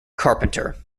carpenter